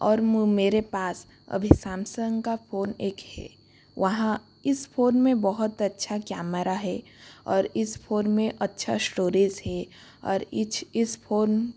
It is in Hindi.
और मेरे पास अभी सैमसंग का फोन एक है वहाँ इस फोन में बहुत अच्छा कैमरा है और इस फोन में अच्छा स्टोरेज है और इस फोन